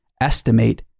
estimate